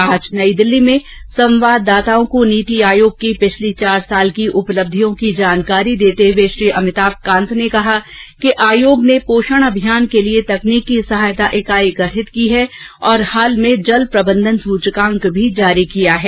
आज नई दिल्ली में संवाददाताओंको नीति आयोग की पिछली चार साल की उपलब्धियों की जानकारी देते हुए श्री अमिताम कांतने कहा कि आयोग ने पोषण अभियान के लिए तकनीकी सहायता इकाई गठित की है और हाल में जलप्रबंधन सूचकांक भी जारी किया है